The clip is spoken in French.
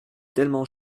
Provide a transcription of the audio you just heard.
tellement